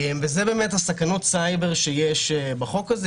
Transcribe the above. וזה סכנות הסייבר שיש בחוק הזה.